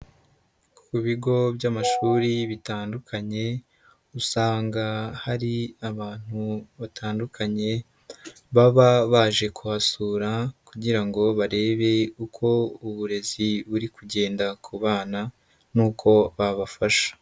Ku bigo by'amashuri bitandukanye usanga hari abantu batandukanye, baba baje kuhasura kugira ngo barebe uko uburezi buri kugenda ku bana, n'uko babafasha.